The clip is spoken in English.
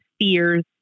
fears